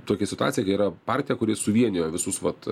tokią situaciją kai yra partija kuri suvienijo visus vat